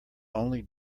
only